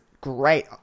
great